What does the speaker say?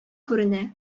күренә